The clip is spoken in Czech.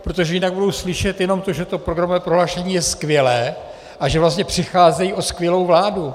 Protože jinak budou slyšet jenom to, že to programové prohlášení je skvělé a že vlastně přicházejí o skvělou vládu.